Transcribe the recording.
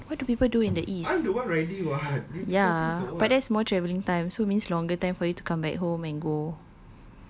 what what what do people do in the east ya but that's more travelling time so means longer time for you to come back home and go